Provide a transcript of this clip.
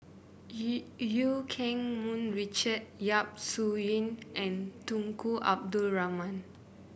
Eu Eu Keng Mun Richard Yap Su Yin and Tunku Abdul Rahman